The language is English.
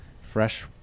fresh